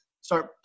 start